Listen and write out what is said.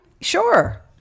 Sure